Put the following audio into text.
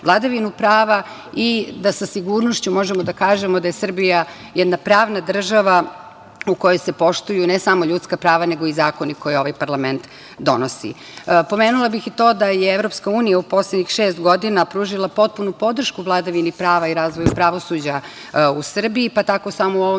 vladavinu prava i da sa sigurnošću možemo da kažemo da je Srbija jedna pravna država u kojoj se poštuju ne samo ljudska prava nego i zakoni koje ovaj parlament donosi. Pomenula bih i to da je Evropska unija u poslednjih šest godina pružila potpunu podršku vladavini prava i razvoju pravosuđa u Srbiji, pa tako samo u ovom